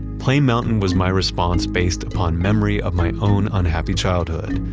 play mountain was my response based upon memory of my own unhappy childhood,